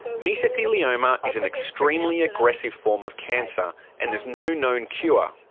mesothelioma is an extremely aggressive form of cancer and there's no known cure.